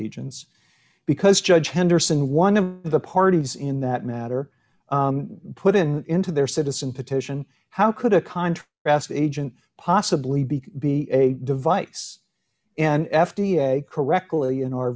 agents because judge henderson one of the parties in that matter put in into their citizen petition how could a contra fast agent possibly be be a device and f d a correctly in our